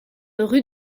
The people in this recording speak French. rue